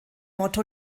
motto